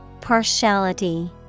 Partiality